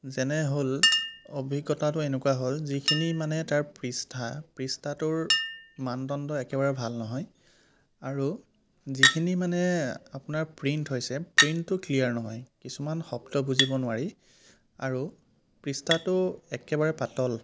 যেনে হ'ল অভিজ্ঞতাটো এনেকুৱা হ'ল যিখিনি মানে তাৰ পৃষ্ঠা পৃষ্ঠাটোৰ মানদণ্ড একেবাৰে ভাল নহয় আৰু যিখিনি মানে আপোনাৰ প্ৰিণ্ট হৈছে প্ৰিণ্টটো ক্লীয়াৰ নহয় কিছুমান শব্দ বুজিব নোৱাৰি আৰু পৃষ্ঠাটো একেবাৰে পাতল